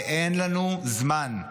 ואין לנו זמן.